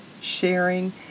sharing